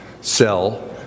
sell